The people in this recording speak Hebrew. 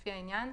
לפי העניין,